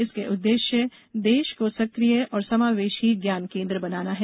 इसका उद्देश्य देश को सक्रिय और समावेशी ज्ञान केन्द्र बनाना है